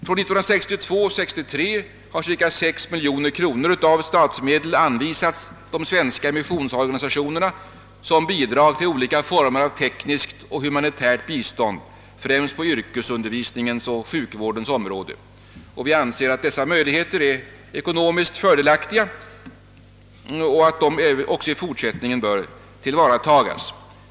Från budgetåret 1962/63 har cirka 6 miljoner kronor av statsmedel anvisats till de svenska missionsorganisationerna som bidrag till olika former av tekniskt och humanitärt bistånd, främst på yrkesundervisningens och sjukvårdens område, Vi anser att denna form av bistånd är ekonomiskt fördelaktig och att dessa möjligheter även i fortsättningen bör tillvaratas.